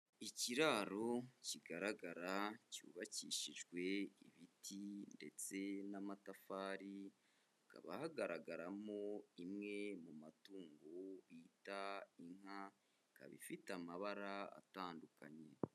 Ikiraro kigaragara cyubakishijwe ibiti ndetse n'amatafari. Hakaba hagaragaramo imwe mu matungo bita inka, ikaba ifite amabara atandukanye.